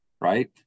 Right